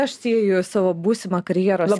aš sieju savo būsimą karjeros